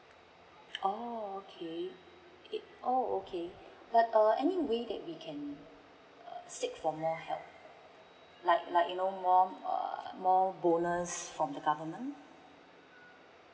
oh okay it oh okay but err any way that we can uh seek for more help like like you know more uh more bonus from the government